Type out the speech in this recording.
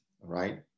right